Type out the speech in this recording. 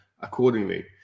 accordingly